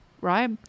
right